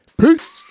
Peace